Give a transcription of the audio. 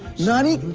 naani.